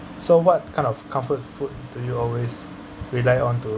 so what kind of comfort food do you always rely on to